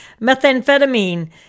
methamphetamine